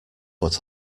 what